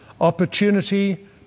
Opportunity